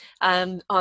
on